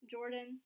Jordan